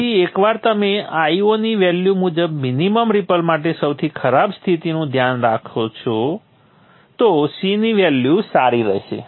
તેથી એકવાર તમે Io ની વેલ્યુ મુજબ મિનિમમ રિપલ માટે સૌથી ખરાબ સ્થિતિનું ધ્યાન રાખશો તો C ની વેલ્યુ સારી રહેશે